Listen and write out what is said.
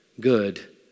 Good